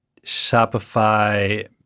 Shopify